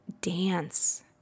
dance